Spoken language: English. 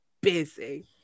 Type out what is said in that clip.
busy